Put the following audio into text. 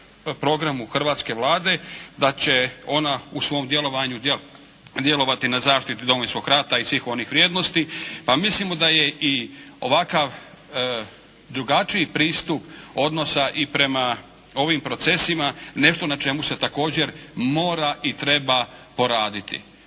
programu hrvatske Vlade da će ona u svom djelovanju djelovati na zaštiti Domovinskog rata i svih onih vrijednosti. Pa mislimo i da je ovakav drugačiji pristup i odnosa i prema ovim procesima nešto na čemu se također mora i treba poraditi.